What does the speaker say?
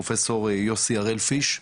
פרופסור יוסי הראל פיש,